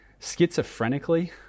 schizophrenically